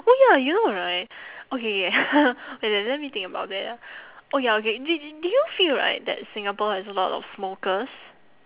oh ya you know right okay K wait let let me think about that ah oh ya okay d~ do you feel right that singapore has a lot of smokers